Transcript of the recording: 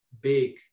big